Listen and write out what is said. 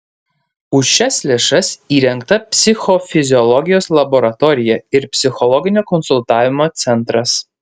už šias lėšas įrengta psichofiziologijos laboratorija ir psichologinio konsultavimo centras